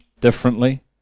differently